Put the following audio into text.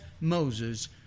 Moses